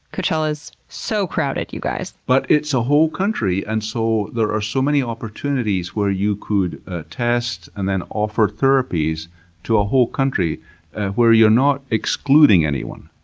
coachella's so crowded, you guys. but it's a whole country, and so there are so many opportunities where you could test and then offer therapies to a whole country where you're not excluding anyone.